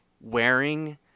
wearing